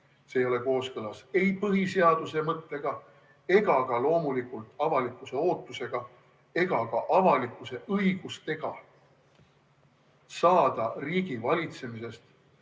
see ei ole kooskõlas ei põhiseaduse mõttega ega ka loomulikult avalikkuse ootustega ega ka avalikkuse õigustega saada riigivalitsemisest